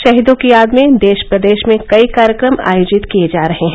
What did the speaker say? शहीदों की याद में देश प्रदेश में कई कार्यक्रम आयोजित किए जा रहे हैं